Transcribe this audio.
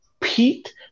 Pete